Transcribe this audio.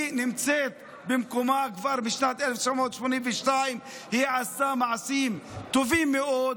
היא נמצאת במקומה כבר משנת 1982. היא עשתה מעשים טובים מאוד,